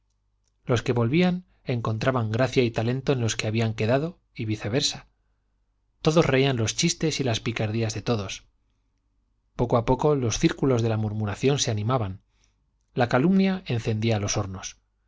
los que volvían encontraban gracia y talento en los que habían quedado y viceversa todos reían los chistes y las picardías de todos poco a poco los círculos de la murmuración se animaban la calumnia encendía los hornos